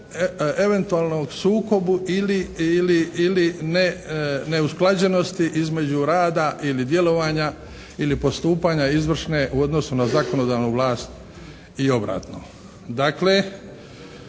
eventualnom sukobu ili ne usklađenosti između rada ili djelovanja ili postupanja izvršne u odnosu na zakonodavnu vlast i obratno.